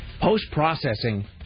post-processing